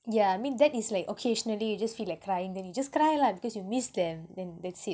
ya I mean that is like occasionally you just feel like crying then you just cry lah because you miss them then that's it